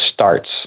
starts